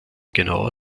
genau